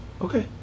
Okay